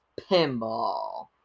Pinball